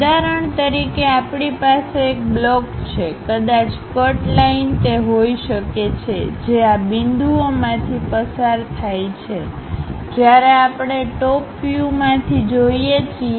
ઉદાહરણ તરીકે આપણી પાસે એક બ્લોક છેકદાચ કટ લાઇન તે હોઇ શકે છે જે આ બિંદુઓમાંથી પસાર થાય છે જ્યારે આપણે ટોપ વ્યુમાંથી જોઈએ છીએ